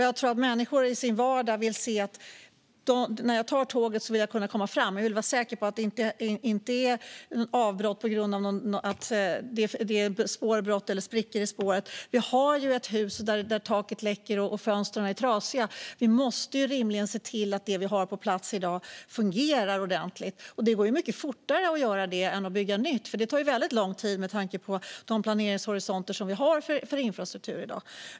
Jag tror att människor i sin vardag vill veta att när de tar tåget kommer de fram. De vill vara säkra på att det inte är avbrott på grund av spårbrott eller sprickor i spåret. Vi har ett hus där taket läcker och fönstren är trasiga. Vi måste rimligen se till att det vi har på plats i dag fungerar ordentligt. Och det går mycket fortare att göra det än att bygga nytt, för att bygga nytt tar väldigt lång tid med tanke på de planeringshorisonter vi har för infrastruktur i dag.